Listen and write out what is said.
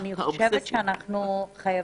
אנחנו נסכם: